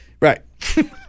Right